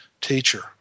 teacher